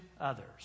others